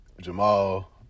Jamal